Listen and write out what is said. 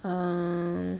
um